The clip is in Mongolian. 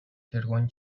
тэргүүн